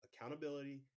Accountability